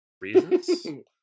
reasons